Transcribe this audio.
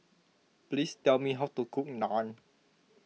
please tell me how to cook Naan